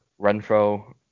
Renfro